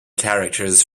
characters